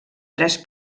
tres